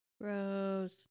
Gross